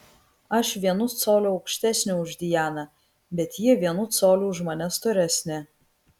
aš vienu coliu aukštesnė už dianą bet ji vienu coliu už mane storesnė